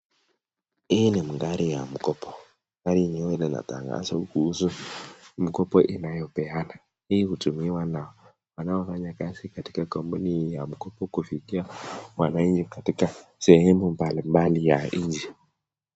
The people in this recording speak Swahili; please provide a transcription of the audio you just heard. Hii ni magari ya mkopo gari yenyewe linatangazo kuhusu mkopo inayopeana. Hii hutumiwa na wanaofanya kazi katika kampuni hii ya mkopo kufikia wananchi katika sehemu mbali mbali ya inchi.